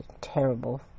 terrible